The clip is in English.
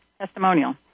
testimonial